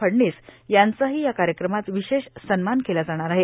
फडणीस यांचाही या कार्यक्रमात विशेष सन्मान केला जाणार आहे